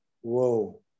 whoa